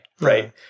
Right